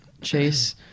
chase